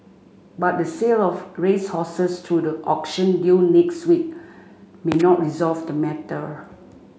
but the sale of racehorses through the auction due next week may not resolve the matter